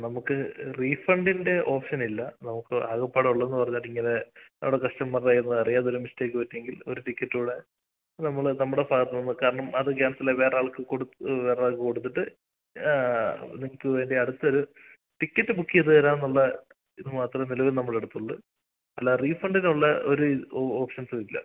നമുക്ക് റീഫണ്ടിൻ്റെ ഓപ്ഷനില്ല നമുക്ക് ആകപ്പാടെ ഉള്ളതെന്ന് പറഞ്ഞാലിങ്ങനെ നമ്മുടെ കസ്റ്റമർടെ കൈയിൽനിന്ന് അറിയാതെ ഒരു മിസ്റ്റേക്ക് പറ്റിയെങ്കിൽ ഒരു ടിക്കറ്റൂടെ നമ്മൾ നമ്മുടെ ഭാഗത്തുനിന്ന് കാരണം അത് കാൻസലായി വേറൊരാൾക്ക് കൊടുത്തു വേറൊരാൾക്ക് കൊടുത്തിട്ട് നിങ്ങൾക്ക് വേണ്ടി അടുത്തൊരു ടിക്കറ്റ് ബുക്ക് ചെയ്ത് തരാനുള്ള ഇത് മാത്രമേ നിലവിൽ നമ്മളെ അടുത്തുള്ളൂ അല്ലാതെ റീഫണ്ടിനുള്ള ഒരു ഓപ്ഷൻസും ഇല്ല